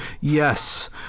yes